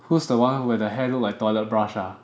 who's the one where the hair look like toilet brush ah